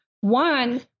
One